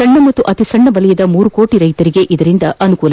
ಸಣ್ಣ ಮತ್ತು ಅತಿ ಸಣ್ಣ ವಲಯದ ಮೂರು ಕೋಟಿ ರೈತರಿಗೆ ಅನುಕೂಲ